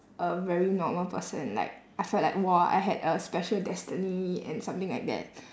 a very normal person like I felt like !wah! I had a special destiny and something like that